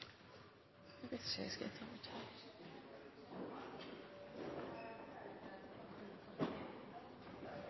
hvis vi skal ta